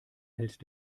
hält